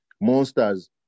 monsters